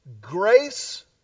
Grace